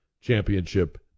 championship